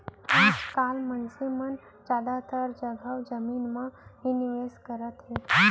आज काल मनसे मन जादातर जघा जमीन म ही निवेस करत हे